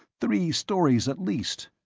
three stories, at least!